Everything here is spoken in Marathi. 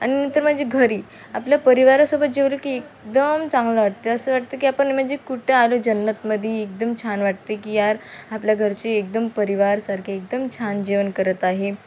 आणि नंतर म्हणजे घरी आपल्या परिवारासोबत जेवलं की एकदम चांगलं वाटतं असं वाटतं की आपण म्हणजे कुठं आलो जन्नतमध्ये एकदम छान वाटते की यार आपल्या घरचे एकदम परिवारसारखे एकदम छान जेवण करत आहे